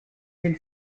del